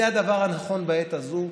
זה הדבר הנכון בעת הזו.